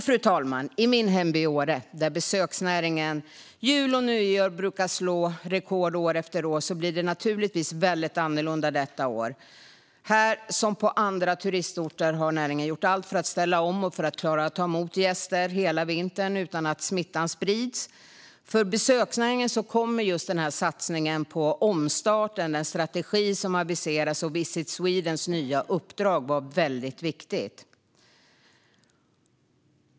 Fru talman! I min hemby Åre, där besöksnäringen jul och nyår brukar slå rekord år efter år, blir det naturligtvis väldigt annorlunda detta år. Här som på andra turistorter har näringen gjort allt för att ställa om för att klara av att ta emot gäster hela vintern utan att smittan sprids. För besöksnäringen kommer satsningen på omstarten, den strategi som aviserats och Visit Swedens nya uppdrag att vara väldigt viktiga.